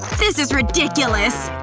this is ridiculous.